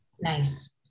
Nice